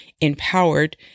empowered